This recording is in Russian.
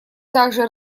также